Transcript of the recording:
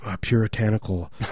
puritanical